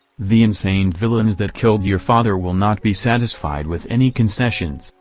the insane villains that killed your father will not be satisfied with any concessions,